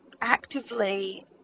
actively